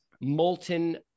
molten